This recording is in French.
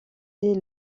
dès